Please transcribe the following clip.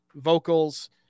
vocals